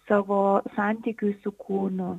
savo santykiui su kūnu